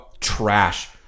Trash